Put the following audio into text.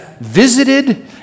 visited